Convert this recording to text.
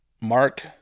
Mark